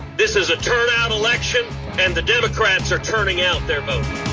this is a turnout election and the democrats are turning out their vote.